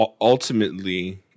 ultimately